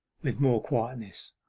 with more quietness.